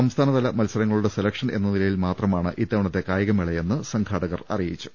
സംസ്ഥാനതല മത്സരങ്ങ ളുടെ സെലക്ഷൻ എന്ന നിലയിൽ മാത്രമാണ് ഇത്തവണത്തെ കായി കമേളയെന്ന് സംഘാടകർ അറിയിച്ചു